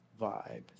vibe